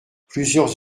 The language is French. plusieurs